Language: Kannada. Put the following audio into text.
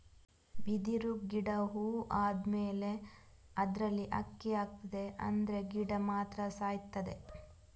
ಬಿದಿರು ಗಿಡ ಹೂ ಆದ್ಮೇಲೆ ಅದ್ರಲ್ಲಿ ಅಕ್ಕಿ ಆಗ್ತದೆ ಆದ್ರೆ ಗಿಡ ಮಾತ್ರ ಸಾಯ್ತದೆ